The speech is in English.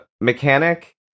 mechanic